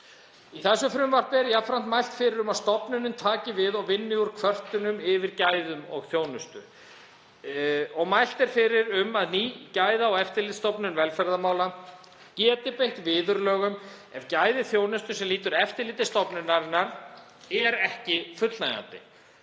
Í þessu frumvarpi er jafnframt mælt fyrir um að stofnunin taki við og vinni úr kvörtunum yfir gæðum og þjónustu. Mælt er fyrir um að ný Gæða- og eftirlitsstofnun velferðarmála geti beitt viðurlögum ef gæði þjónustu sem lýtur að eftirliti stofnunarinnar eru ekki fullnægjandi.